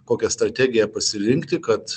kokią strategiją pasirinkti kad